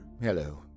Hello